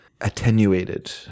attenuated